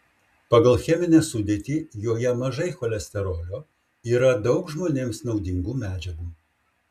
pagal cheminę sudėtį joje mažai cholesterolio yra daug žmonėms naudingų medžiagų